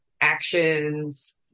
actions